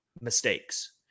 mistakes